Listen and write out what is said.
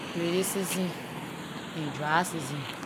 Raining season and dry season